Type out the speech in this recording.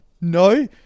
No